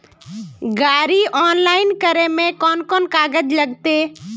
गाड़ी ऑनलाइन करे में कौन कौन कागज लगते?